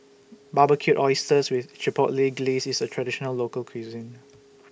Barbecued Oysters with Chipotle Glaze IS A Traditional Local Cuisine